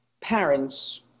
parents